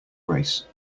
race